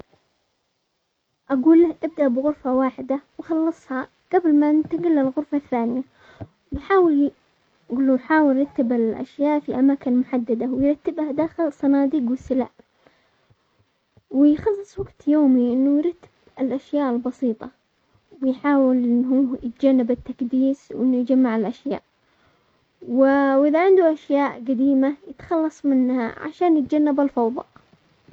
اقول له ابدأ بغرفة واحدة وخلصها قبل ما ننتقل للغرفة الثانية، نحاول-نقول له حاول يكتب الاشياء في اماكن محددة ويرتبها داخل الصناديق والسلع ويخصص وقت يومي انه يرد الاشياء البسيطة وبيحاول ان هو يتجنب التكديس، وانه يجمع الاشياء واذا عنده اشياء قديمة يتخلص منها عشان يتجنب الفوضى.